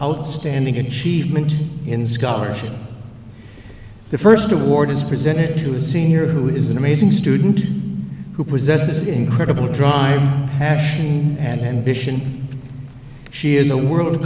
outstanding achievement in scholarship the first award is presented to a senior who is an amazing student who possesses incredible drawing passion and vision she is a world